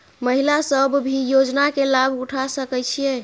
महिला सब भी योजना के लाभ उठा सके छिईय?